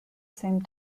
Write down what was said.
same